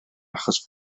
achos